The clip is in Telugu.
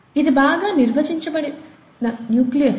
ఇది బాగా నిర్వచించబడిన న్యూక్లియస్